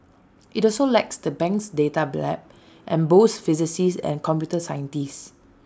IT also likes the bank's data lab and boasts physicists and computer scientists